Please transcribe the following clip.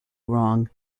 wrong